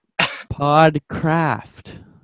Podcraft